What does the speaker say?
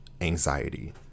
anxiety